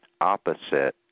opposite